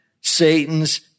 Satan's